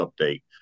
update